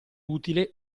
utile